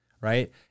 right